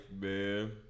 man